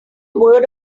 word